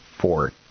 four